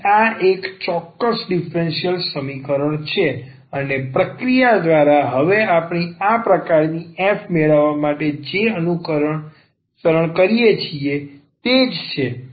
તેથી આ એક ચોક્કસ ડીફરન્સીયલ સમીકરણ છે અને પ્રક્રિયા પછી આપણે આ પ્રકારની f મેળવવા માટે જે અનુસરણ કરીએ છીએ તે છે